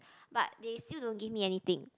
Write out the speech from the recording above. but they still don't give me anything